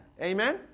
Amen